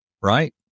right